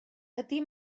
ydy